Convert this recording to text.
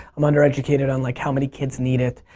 i'm undereducated on like how many kids need it.